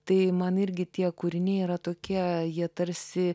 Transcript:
tai man irgi tie kūriniai yra tokie jie tarsi